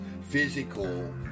physical